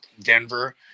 denver